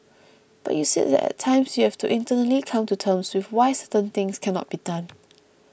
but you said that at times you have to internally come to terms with why certain things cannot be done